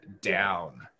down